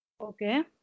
Okay